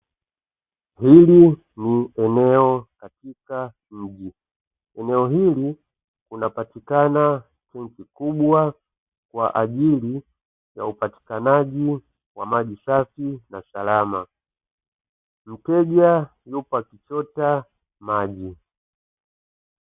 Hili ni eneo katika mji, eneo hili unapatikana tenki kubwa kwa ajili ya upatikanaji wa maji safi na salama, mteja huyo akichota maji.